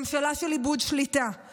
ממשלה של איבוד שליטה,